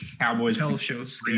Cowboys